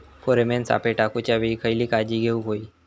Pheromone सापळे टाकूच्या वेळी खयली काळजी घेवूक व्हयी?